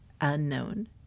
Unknown